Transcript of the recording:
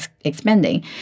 expanding